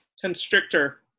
Constrictor